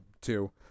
two